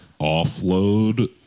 offload